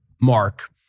Mark